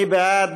מי בעד?